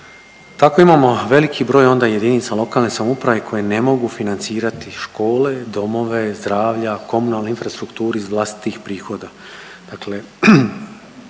Tako imamo veliki broj onda jedinica lokalne samouprave koje ne mogu financirati škole, domove zdravlja, komunalnu infrastrukturu iz vlastitih prihoda,